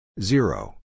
zero